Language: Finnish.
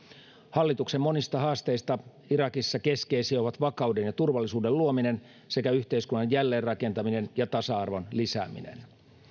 hallituksen monista haasteista irakissa keskeisiä ovat vakauden ja turvallisuuden luominen sekä yhteiskunnan jälleenrakentaminen ja tasa arvon lisääminen